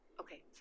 Okay